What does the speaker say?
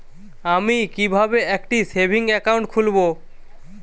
আমি কিভাবে একটি সেভিংস অ্যাকাউন্ট খুলব?